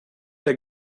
der